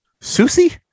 Susie